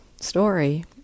story